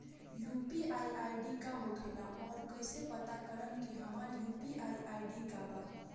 UPI ID का होखेला और कईसे पता करम की हमार यू.पी.आई आई.डी का बा?